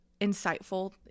insightful